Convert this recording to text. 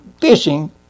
fishing